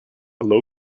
low